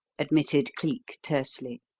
admitted cleek, tersely.